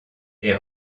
est